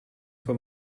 for